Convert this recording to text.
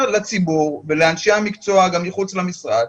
לציבור ולאנשי המקצוע גם מחוץ למשרד